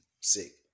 sick